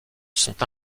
sont